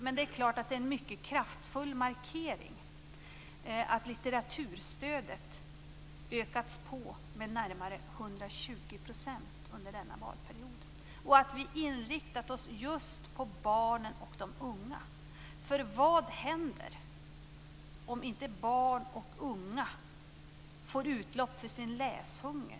Men det är klart att det är en mycket kraftfull markering att litteraturstödet ökats med närmare 120 % under denna valperiod, och att vi inriktat oss just på barnen och de unga. För vad händer om inte barn och unga får utlopp för sin läshunger?